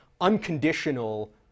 unconditional